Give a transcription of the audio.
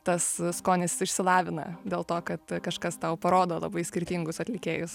tas skonis išsilavina dėl to kad kažkas tau parodo labai skirtingus atlikėjus